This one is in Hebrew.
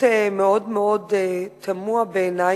מאוד תמוה בעיני,